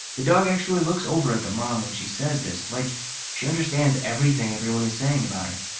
the dog actually looks over at the mom when she says this, like she understands everything everyone is saying about her.